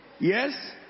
Yes